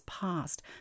past